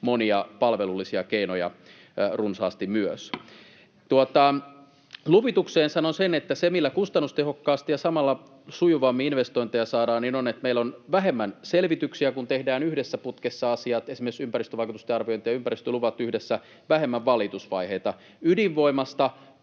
monia palvelullisia keinoja. Luvitukseen sanon, että se, millä kustannustehokkaasti ja samalla sujuvammin investointeja saadaan, on se, että meillä on vähemmän selvityksiä, kun tehdään yhdessä putkessa asiat — esimerkiksi ympäristövaikutusten arviointi ja ympäristöluvat yhdessä, vähemmän valitusvaiheita. Ydinvoimasta: